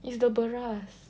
it's the beras